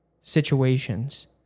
situations